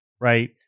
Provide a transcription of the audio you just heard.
right